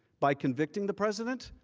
by convicting the president?